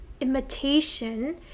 imitation